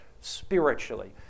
spiritually